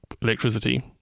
electricity